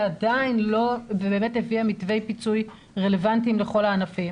עדיין לא הביאה מתווי פיצוי רלוונטיים לכל הענפים,